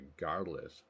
regardless